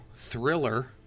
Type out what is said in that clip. Thriller